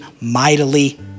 mightily